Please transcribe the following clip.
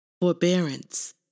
forbearance